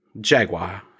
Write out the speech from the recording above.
Jaguar